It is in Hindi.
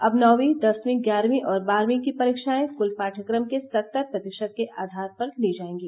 अब नौकीं दसवीं ग्यारहवीं और बारहवीं की परीक्षाएं कुल पाठ्यक्रम के सत्तर प्रतिशत के आधार पर ली जाएंगी